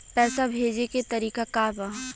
पैसा भेजे के तरीका का बा?